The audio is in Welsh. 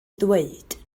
ddweud